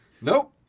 Nope